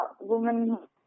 woman